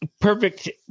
perfect